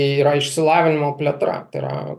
yra išsilavinimo plėtra tai yra